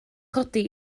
codi